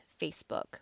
Facebook